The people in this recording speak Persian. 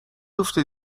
افته